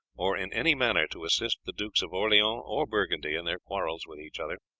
or in any manner to assist the dukes of orleans or burgundy in their quarrels with each other.